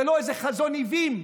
ולא איזה חזון עוועים,